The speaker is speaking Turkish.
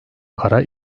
kara